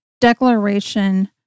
declaration